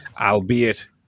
albeit